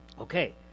Okay